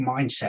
mindset